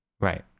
Right